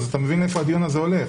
אתה מבין לאיפה הדיון הזה הולך.